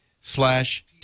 slash